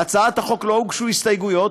להצעת החוק לא הוגשו הסתייגות,